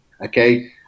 Okay